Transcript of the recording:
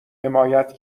حمایت